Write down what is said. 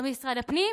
לא ממשרד הפנים,